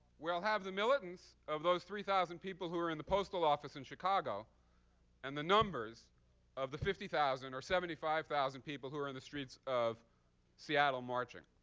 we'll have the militants of those three thousand people who are in the post office in chicago and the numbers of the fifty thousand or seventy five thousand people who are in the streets of seattle marching.